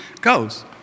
goes